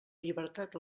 llibertat